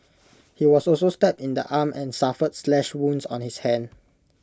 he was also stabbed in the arm and suffered slash wounds on his hands